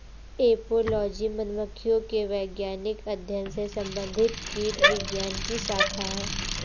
apiology मधुमक्खियों के वैज्ञानिक अध्ययन से संबंधित कीटविज्ञान की शाखा है